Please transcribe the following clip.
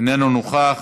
איננו נוכח,